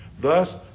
Thus